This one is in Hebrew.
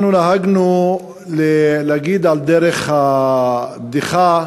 אנחנו נהגנו להגיד, על דרך הבדיחה,